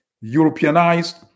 Europeanized